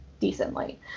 decently